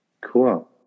cool